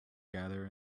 gather